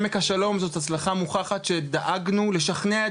עמק השלום זו הצלחה מוכחת שדאגנו לשכנע את